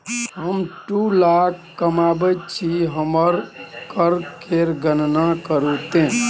हम दू लाख कमाबैत छी हमर कर केर गणना करू ते